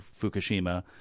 Fukushima